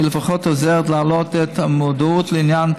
היא לפחות עוזרת להעלות את המודעות לעניין.